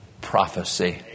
prophecy